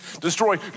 destroy